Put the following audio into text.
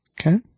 Okay